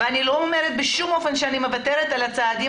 ואני לא אומרת בשום אופן שאני מוותרת על צעדים